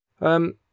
Um